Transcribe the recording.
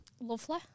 Lovely